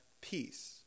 peace